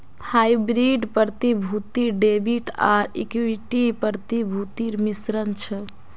hybrid प्रतिभूति debit आर equity प्रतिभूतिर मिश्रण छ